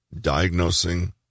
diagnosing